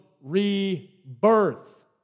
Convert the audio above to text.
rebirth